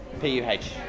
P-U-H